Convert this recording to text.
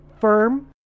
firm